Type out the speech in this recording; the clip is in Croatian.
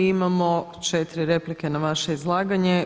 Imamo 4 replike na vaše izlaganje.